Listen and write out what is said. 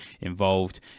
involved